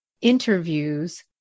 interviews